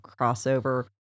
crossover